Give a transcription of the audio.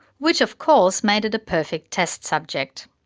which of course made it a perfect test subject.